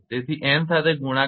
તેથી n સાથે ગુણાકાર કરતા